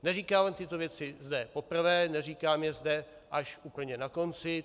Neříkám tyto věci zde poprvé, neříkám je zde až úplně na konci.